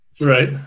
right